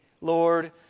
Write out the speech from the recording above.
Lord